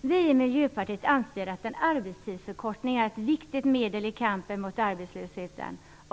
Vi i Miljöpartiet anser att en arbetstidsförkortning är ett viktigt medel i kampen mot arbetslösheten.